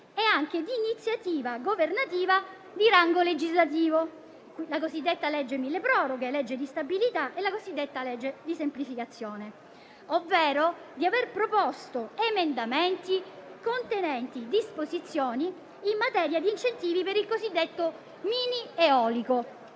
e anche di iniziativa governativa di rango legislativo (la cosiddetta legge mille proroghe, la legge di stabilità e la cosiddetta legge di semplificazione); ovvero di aver proposto emendamenti contenenti disposizioni in materia di incentivi per il cosiddetto mini eolico,